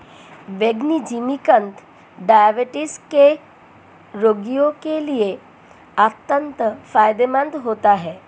बैंगनी जिमीकंद डायबिटीज के रोगियों के लिए अत्यंत फायदेमंद होता है